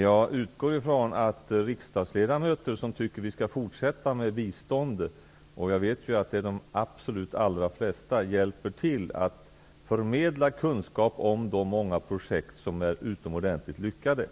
Jag utgår ifrån att riksdagsledamöter som tycker att vi skall fortsätta med biståndet -- jag vet att det är de allra flesta -- hjälper till att förmedla kunskap om de många projekt som är utomordentligt lyckade.